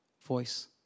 voice